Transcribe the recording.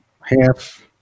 half